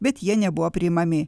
bet jie nebuvo priimami